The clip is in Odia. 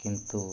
କିନ୍ତୁ